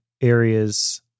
Areas